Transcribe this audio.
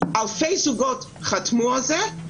אלפי זוגות חתמו על זה.